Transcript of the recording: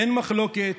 אין מחלוקת,